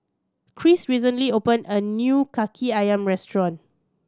Cris recently opened a new Kaki Ayam restaurant